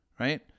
right